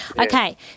Okay